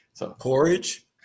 Porridge